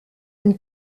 une